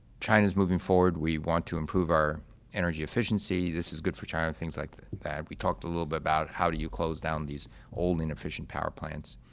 china's moving forward. we want to improve our energy efficiency. this is good for china. things like that. we talked a little bit about how do you close down these old inefficient power plants.